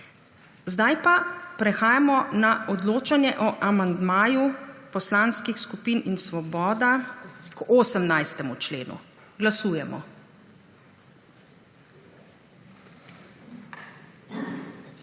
sprejet. Prehajamo na odločanje o amandmaju Poslanskih skupin Svoboda k 18. členu. Glasujemo.